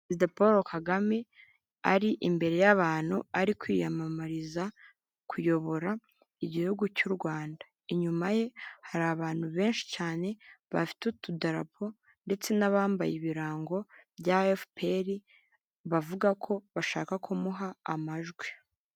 Perezida paul kagame ari imbere y'abantu ari kwiyamamariza kuyobora igihugu cy'u Rwanda inyuma ye hari abantu benshi cyane bafite utudarapo ndetse n'abambaye ibirango bya efuperi bavuga ko bashaka kumuha amajwi.